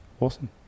awesome